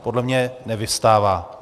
Podle mě nevyvstává.